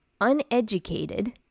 uneducated